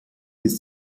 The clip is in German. ist